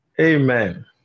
Amen